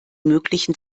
möglichen